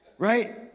right